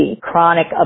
chronic